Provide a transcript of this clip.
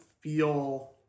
feel